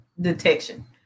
Detection